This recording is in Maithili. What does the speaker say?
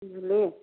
बुझली